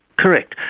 correct,